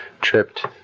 tripped